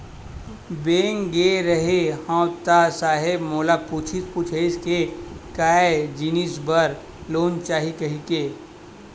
Bank गे रेहे हंव ता साहेब मोला पूछिस पुछाइस के काय जिनिस बर लोन चाही कहिके?